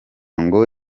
ngo